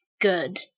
good